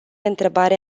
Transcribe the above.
întrebare